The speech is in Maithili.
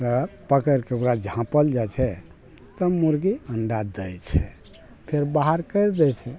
तऽ पकैड़के ओकरा झाँपल जाइ छै तऽ मुर्गी अण्डा दै छै फेर बाहर करि दै छै